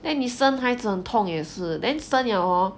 then 你生孩子很痛也是 then 生了 hor